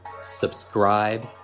subscribe